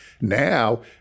Now